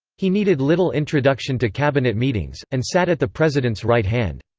he needed little introduction to cabinet meetings, and sat at the president's right hand.